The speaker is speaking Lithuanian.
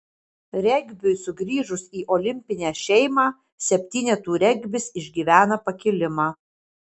regbiui sugrįžus į olimpinę šeimą septynetų regbis išgyvena pakilimą